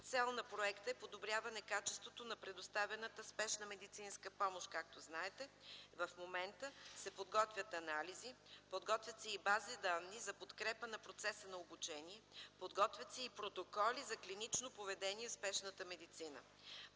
Целта на проекта е подобряване на качеството на предоставяната спешна медицинска помощ. Както знаете, в момента се подготвят анализи и бази данни за подкрепа на процеса на обучение. Подготвят се и протоколи за клинично поведение в спешната медицина.